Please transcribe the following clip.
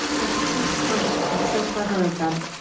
that's so smart. it's so clever of them.